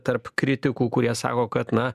tarp kritikų kurie sako kad na